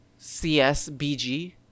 CSBG